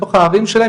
בתוך הערים שלהם,